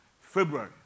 February